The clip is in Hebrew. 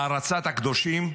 הערצת הקדושים,